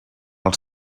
els